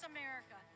America